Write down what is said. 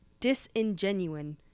disingenuine